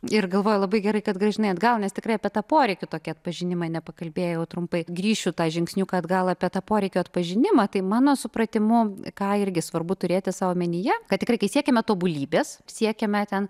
ir galvoju labai gerai kad grąžinai atgal nes tikrai apie tą poreikį tokia atpažinimai nepakalbėjau trumpai grįšiu tą žingsniuką atgal apie tą poreikio atpažinimą tai mano supratimu ką irgi svarbu turėti savo asmenyje kad tikrai kai siekiame tobulybės siekiame ten